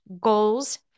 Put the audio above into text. goals